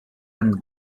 and